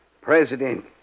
President